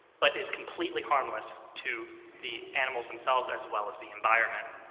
but is completely harmless to the animals themselves, as well as the environment.